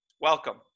welcome